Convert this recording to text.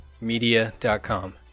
media.com